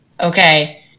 okay